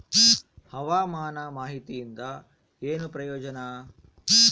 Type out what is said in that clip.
ಹವಾಮಾನ ಮಾಹಿತಿಯಿಂದ ಏನು ಪ್ರಯೋಜನ?